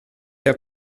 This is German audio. der